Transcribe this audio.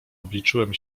obliczyłem